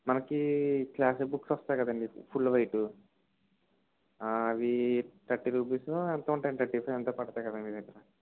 మనకి class books వస్తాయి కదండి ఫుల్ వైట్ అవి థర్టీ రుపీసో ఎంతో ఉంటాయండి థర్టీ ఫైవ్ రూపీస్ ఎంతో పడతాయి కదండీ మీ దగ్గర